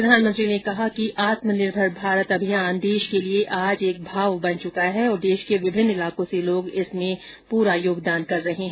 प्रधानमंत्री ने कहा कि आत्मनिर्भर भारत अभियान देश के लिए आज एक भाव बन चुका है और देश के विभिन्न इलाकों से लोग इसमें पूर्ण योगदान कर रहे है